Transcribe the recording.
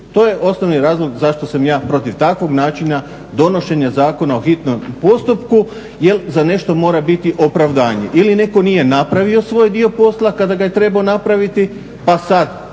To je osnovni razlog zašto sam ja protiv takvog načina donošenja zakona po hitnom postupku jer za nešto mora biti opravdanje. Ili netko nije napravio svoj dio posla kada ga je trebao napraviti pa sad